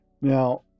Now